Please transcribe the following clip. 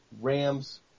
Rams